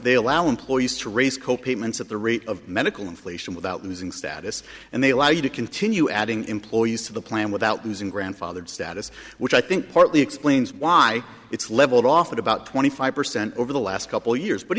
they allow employees to raise co payments at the rate of medical inflation without losing status and they allow you to continue adding employees to the plan without losing grandfathered status which i think partly explains why it's leveled off at about twenty five percent over the last couple years but